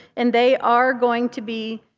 and they are going to be